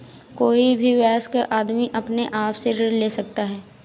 कोई भी वयस्क आदमी अपने आप से ऋण ले सकता है